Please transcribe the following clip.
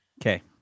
Okay